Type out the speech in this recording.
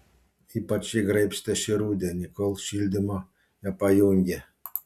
ypač jį graibstė šį rudenį kol šildymo nepajungė